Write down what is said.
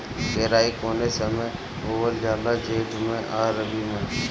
केराई कौने समय बोअल जाला जेठ मैं आ रबी में?